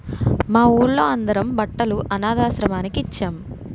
మా వూళ్ళో అందరం బట్టలు అనథాశ్రమానికి ఇచ్చేం